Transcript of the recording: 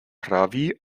pravý